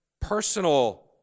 personal